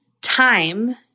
time